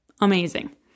Amazing